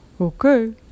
Okay